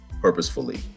purposefully